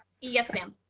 yes, ma'am.